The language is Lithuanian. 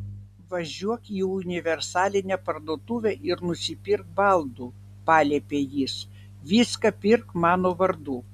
važiuok į universalinę parduotuvę ir nusipirk baldų paliepė jis viską pirk mano vardu